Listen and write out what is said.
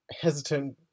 hesitant